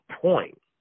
point